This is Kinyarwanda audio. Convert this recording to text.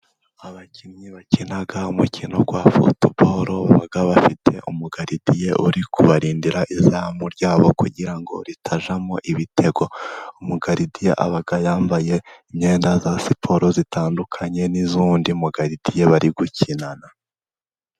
Abakinnyi bakina umukino wa futuboro baba bafite umugaridiye uri kubarindira izamu ryabo, kugira ngo ritajyamo ibitego. Umugaridiye aba yambaye imyenda ya siporo itandukanye n'iy'undi mugaridiye bari gukina.